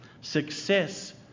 Success